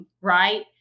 right